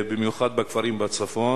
במיוחד בכפרים בצפון,